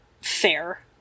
fair